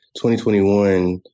2021